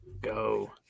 go